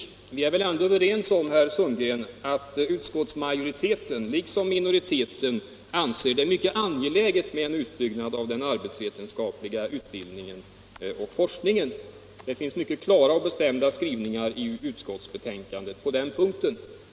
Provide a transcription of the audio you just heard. Vi är väl ändå överens, herr Sundgren, om att utskottsmajoriteten liksom minoriteten anser det mycket angeläget med en utbyggnad av den arbetsvetenskapliga utbildningen och forskningen. Det finns klara och bestämda skrivningar i utskottsbetänkandet på den punkten.